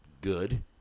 good